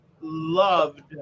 loved